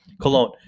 Cologne